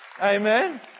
Amen